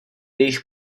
jejich